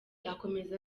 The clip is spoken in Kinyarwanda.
akomeza